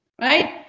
right